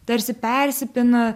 tarsi persipina